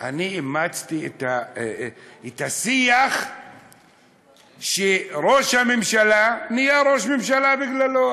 אני אימצתי את השיח שראש הממשלה נהיה ראש ממשלה בגללו.